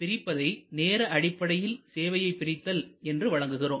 பிரிப்பதை நேர அடிப்படையில் சேவையை பிரித்தல் என்று வழங்குகிறோம்